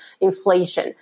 inflation